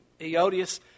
Eodius